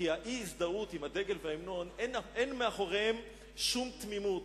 כי האי-הזדהות עם הדגל וההמנון אין מאחוריה שום תמימות.